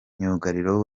myugariro